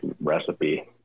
recipe